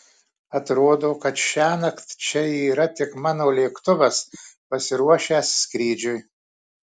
atrodo kad šiąnakt čia yra tik mano lėktuvas pasiruošęs skrydžiui